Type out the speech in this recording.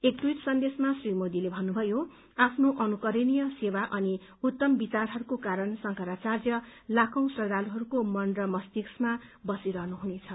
एक ट्वीट सन्देश्रमा श्री मोदीले भन्नुभयो आफनो अनुकरणीय सेवा अनि उत्तम विचारहरूको कारण शंकराचार्य लाखौं श्रद्धालुहरूको मन र मस्तिष्कमा बसिरहनु हुनेछ